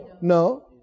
No